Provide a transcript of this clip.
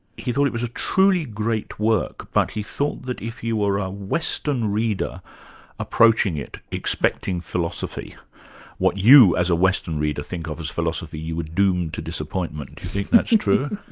he thought it was a truly great work, but he thought that if you were a western reader approaching it, expecting philosophy what you as a western reader think of as philosophy, you were doomed to disappointment. do you think that's true?